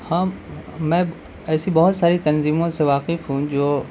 ہاں میں ایسی بہت ساری تنظیموں سے واقف ہوں جو